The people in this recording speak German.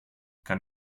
kann